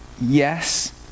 yes